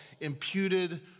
imputed